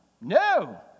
No